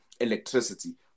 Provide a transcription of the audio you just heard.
electricity